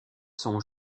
sont